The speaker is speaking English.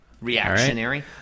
reactionary